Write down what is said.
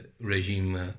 regime